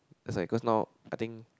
as I cause now I think